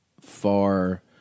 far